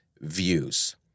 views